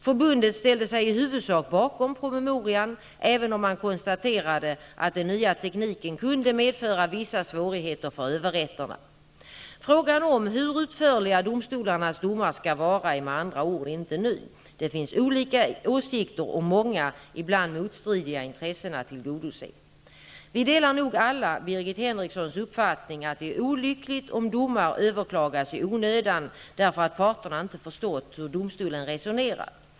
Förbundet ställde sig i huvudsak bakom promemorian, även om man konstaterade att den nya tekniken kunde medföra vissa svårigheter för överrätterna. Frågan om hur utförliga domstolarnas domar skall vara är med andra ord inte ny. Det finns olika åsikter och många -- ibland motstridiga -- intressen att tillgodose. Vi delar nog alla Birgit Henrikssons uppfattning att det är olyckligt om domar överklagas i onödan, därför att parten inte förstått hur domstolen resonerat.